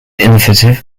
innovative